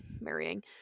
marrying